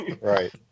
Right